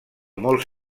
molt